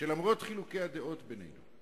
שלמרות חילוקי הדעות בינינו,